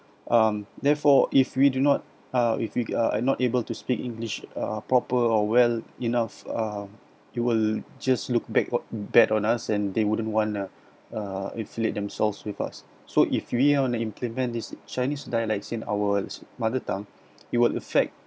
um therefore if we do not uh if you uh are not able to speak english uh proper or well enough uh you will just look bad wa~ bad on us and they wouldn't want to uh affilate themselves with us so if we're going to implement this chinese dialects in our mother tongue it will affect